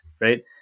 right